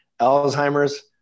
Alzheimer's